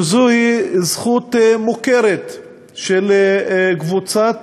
שזוהי זכות מוכרת של קבוצת